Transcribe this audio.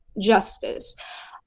justice